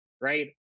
right